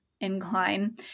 incline